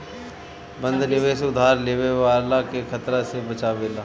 बंध निवेश उधार लेवे वाला के खतरा से बचावेला